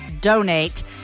donate